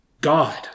God